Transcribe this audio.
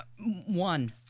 One